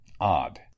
odd